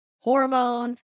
hormones